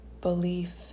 belief